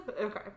Okay